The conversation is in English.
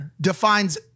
Defines